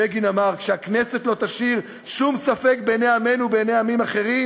בגין אמר: שהכנסת לא תשאיר שום ספק בעיני עמנו ובעיני עמים אחרים,